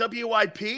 WIP